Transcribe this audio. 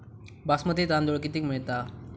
बासमती तांदूळ कितीक मिळता?